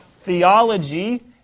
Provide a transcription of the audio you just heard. theology